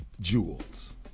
Jewels